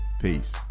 Peace